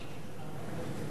רבותי, אני,